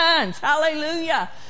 Hallelujah